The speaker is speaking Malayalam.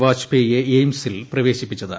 വാജ്പേയ് യെ എയിംസിൽ പ്രവേശിപ്പിച്ചത്